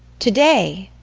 today?